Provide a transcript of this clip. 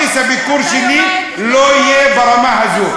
כרטיס הביקור שלי לא יהיה ברמה הזו.